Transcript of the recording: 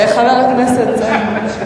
חבר הכנסת זאב.